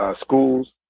schools